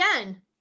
again